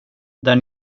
där